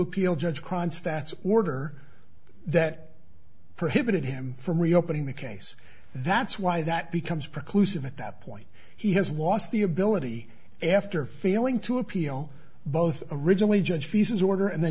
appeal judge kronstadt order that prohibited him from reopening the case that's why that becomes preclusion at that point he has lost the ability after failing to appeal both originally judge faeces order and the